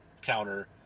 counter